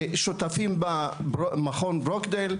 ששותפים בה מכון ברוקדייל,